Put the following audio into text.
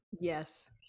Yes